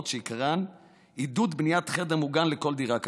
שעיקרן עידוד בניית חדר מוגן לכל דירה כזו.